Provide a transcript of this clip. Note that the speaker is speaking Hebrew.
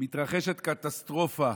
מתרחשת קטסטרופה